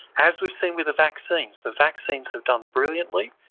as we've seen with the vaccines, the vaccines have done brilliantly,